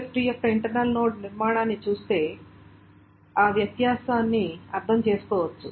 B tree యొక్క internal node నిర్మాణాన్ని చూస్తే వ్యత్యాసాన్ని అర్థం చేసుకోవచ్చు